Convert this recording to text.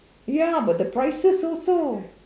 ya but the prices also